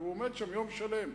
כי הוא עומד שם יום שלם.